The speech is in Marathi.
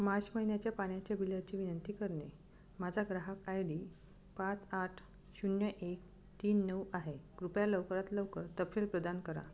मार्च महिन्याच्या पाण्याच्या बिलाची विनंती करणे माझा ग्राहक आय डी पाच आठ शून्य एक तीन नऊ आहे कृपया लवकरात लवकर तपशील प्रदान करा